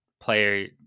player